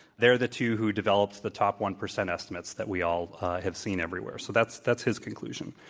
they're the two who develops the top one percent estimates that we all have seen everywhere. so, that's that's his conclusion.